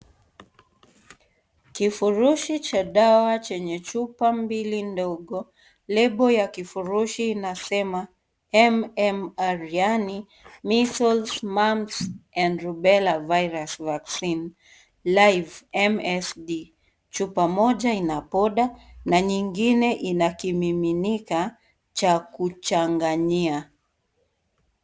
Kifurushi cha dawa chenye chupa mbili ndogo label ya kifurushi inasema MMR yaani Measles, Mumps and Rubella Virus Vaccine live MSD , chupa moja aina poda na ingine ina kimiminika cha kuchanganyia.